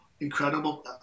incredible